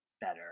better